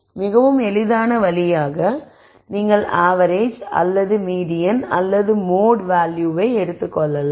மிகவும் எளிதான வழியாக நீங்கள் ஆவெரேஜ் அல்லது மீடியன் அல்லது மோட் வேல்யூவை எடுத்துக் கொள்ளலாம்